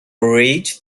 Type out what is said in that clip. rage